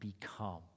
become